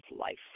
life